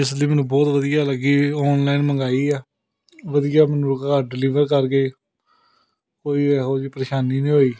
ਇਸ ਲਈ ਮੈਨੂੰ ਬਹੁਤ ਵਧੀਆ ਲੱਗੀ ਔਨਲਾਈਨ ਮੰਗਾਈ ਆ ਵਧੀਆ ਮੈਨੂੰ ਘਰ ਡਿਲੀਵਰ ਕਰ ਗਏ ਕੋਈ ਇਹੋ ਜਿਹੀ ਪਰੇਸ਼ਾਨੀ ਨਹੀਂ ਹੋਈ